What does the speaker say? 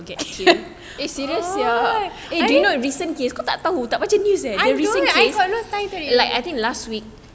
no I don't I got no time to read